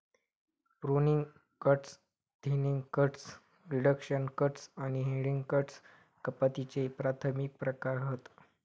pruning cuts, thinning cuts, reduction cuts आणि heading cuts कपातीचे प्राथमिक प्रकार हत